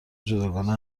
جداگانه